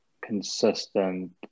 consistent